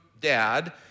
dad